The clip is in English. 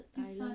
third island